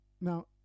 now